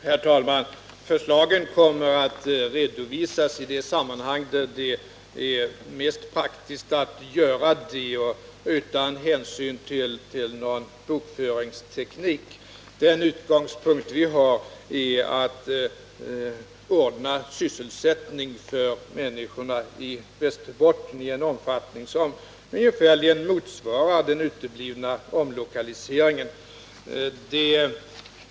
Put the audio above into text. Herr talman! Förslagen kommer att redovisas i det sammanhang där detta är mest praktiskt, utan hänsyn till någon speciell bokföringsteknik. Den utgångspunkt som vi har är att ordna sysselsättning för människorna i Västerbotten i en omfattning som ungefärligen motsvarar effekten av den uteblivna omlokaliseringen.